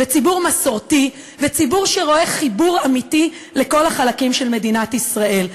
ציבור מסורתי וציבור שרואה חיבור אמיתי לכל החלקים של מדינת ישראל.